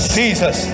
jesus